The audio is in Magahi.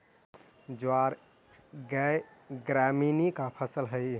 ज्वार ग्रैमीनी का फसल हई